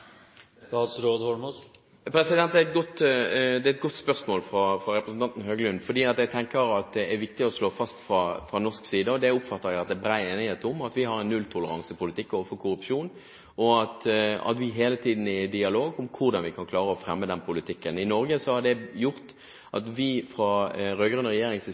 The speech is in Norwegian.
Det er et godt spørsmål fra representanten Høglund, for jeg tenker at det er viktig å slå fast at vi fra norsk side, og det oppfatter jeg at det er bred enighet om, har en nulltoleransepolitikk overfor korrupsjon, og at vi hele tiden er i dialog om hvordan vi kan klare å fremme den politikken. I Norge har det gjort at vi fra